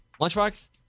Lunchbox